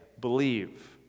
believe